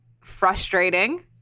frustrating